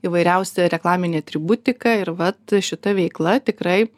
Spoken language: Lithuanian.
įvairiausią reklaminę atributiką ir vat šita veikla tikrai